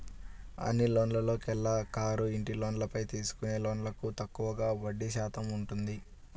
అన్ని లోన్లలోకెల్లా కారు, ఇంటి లోన్లపై తీసుకునే లోన్లకు తక్కువగా వడ్డీ శాతం ఉంటుంది